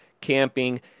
camping